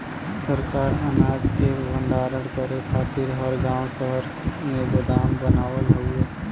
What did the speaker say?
सरकार अनाज के भण्डारण करे खातिर हर गांव शहर में गोदाम बनावत हउवे